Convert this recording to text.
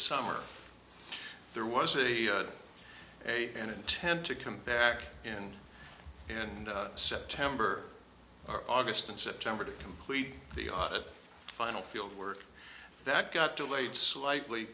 summer there was a a and intend to come back in and september or august and september to complete the on a final field work that got delayed slightly